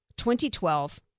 2012